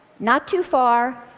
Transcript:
not too far,